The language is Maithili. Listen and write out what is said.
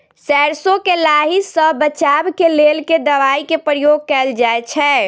सैरसो केँ लाही सऽ बचाब केँ लेल केँ दवाई केँ प्रयोग कैल जाएँ छैय?